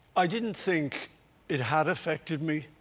i didn't think it has affected me